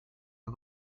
the